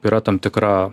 yra tam tikra